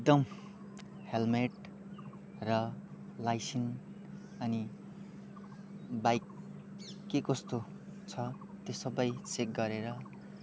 एकदम हेल्मेट र लाइसिन्स अनि बाइक के कस्तो छ त्यो सबै चेक गरेर